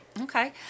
Okay